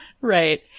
right